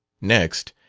next,